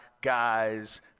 guys –